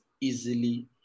easily